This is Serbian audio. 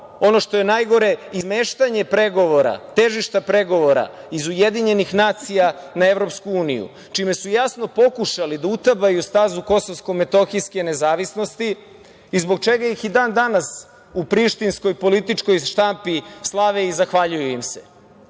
ono što je najgore, izmeštanje težišta pregovora iz Ujedinjenih nacija na Evropsku uniju, čime su jasno pokušali da utabaju stazu kosovsko-metohijske nezavisnosti i zbog čega ih i dan-danas u prištinskoj političkoj štampi slave i zahvaljuju im